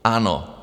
Ano.